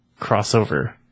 crossover